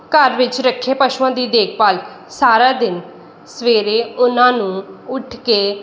ਘਰ ਵਿੱਚ ਰੱਖੇ ਪਸ਼ੂਆਂ ਦੀ ਦੇਖਭਾਲ ਸਾਰਾ ਦਿਨ ਸਵੇਰੇ ਉਹਨਾਂ ਨੂੰ ਉੱਠ ਕੇ